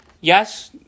yes